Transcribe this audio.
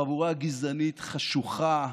חבורה גזענית, חשוכה,